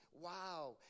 wow